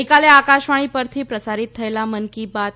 ગઈકાલે આકાશવાણી પરથી પ્રસારી થયેલા મન કી બાત